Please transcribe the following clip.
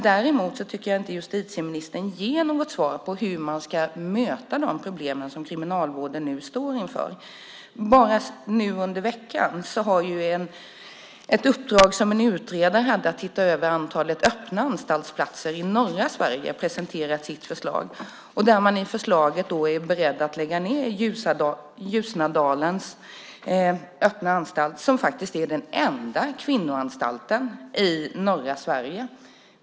Däremot tycker jag inte att justitieministern ger något svar på hur man ska möta de problem Kriminalvården nu står inför. I veckan har en utredare som haft i uppdrag att titta över antalet öppna anstaltsplatser i norra Sverige presenterat sitt förslag. I detta förslag är man beredd att lägga ned Ljustadalens öppna anstalt som faktiskt är den enda kvinnoanstalten i norra Sverige.